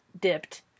dipped